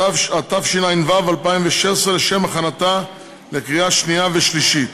התשע"ו 2016, לשם הכנתה לקריאה שנייה ושלישית.